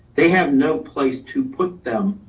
they have no place to put them,